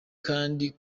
kandi